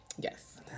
Yes